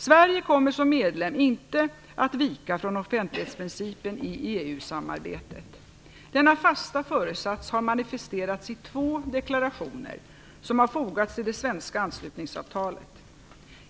Sverige kommer som medlem inte att vika från offentlighetsprincipen i EU-samarbetet. Denna fasta föresats har manifesterats i två deklarationer som har fogats till det svenska anslutningsavtalet.